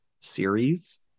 series